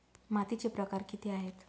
मातीचे प्रकार किती आहेत?